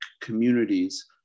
communities